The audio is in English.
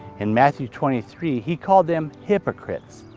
in matthew twenty three, he called them hypocrites,